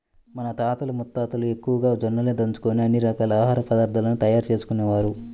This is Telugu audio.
మన తాతలు ముత్తాతలు ఎక్కువగా జొన్నలనే దంచుకొని అన్ని రకాల ఆహార పదార్థాలను తయారు చేసుకునేవారు